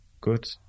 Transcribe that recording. good